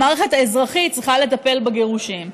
המערכת האזרחית צריכה לטפל בגירושים.